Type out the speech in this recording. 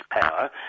power